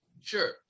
Sure